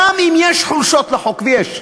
גם אם יש חולשות לחוק, ויש.